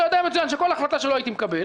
אתה יודע מצוין שכל החלטה שלא הייתי מקבל